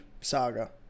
Saga